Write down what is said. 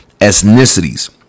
ethnicities